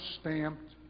stamped